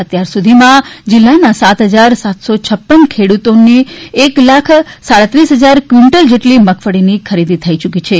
અત્યાર સુધીમાં જિલ્લાના સાત હજાર સાતસો છપ્પાન ખેડૂતોની એક લાખ સાડત્રીસ હજાર ક્વીન્ટલ જેટલી મગફળીની ખરીદી થઇ યૂકી છે